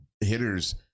hitters